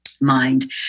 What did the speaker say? mind